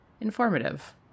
informative